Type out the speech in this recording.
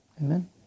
Amen